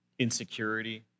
Insecurity